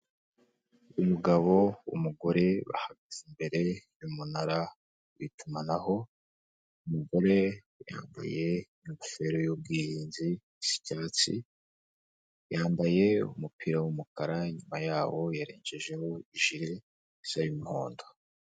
Umugabo, umugore bahagaze imbere y'umunara w'itumanaho, umugore yambaye ingofero y'ubwirinzi isa icyatsi, yambaye umupira w'umukara inyuma yawo yerekejeho ijiri isa y'umuhondo.